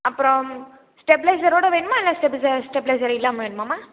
அப்புறம் ஸ்டெப்லைசரோடு வேணுமா இல்லை ஸ்டெப்ப ஸ்டெப்லைசர் இல்லாமல் வேணுமாம்மா